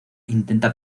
intenta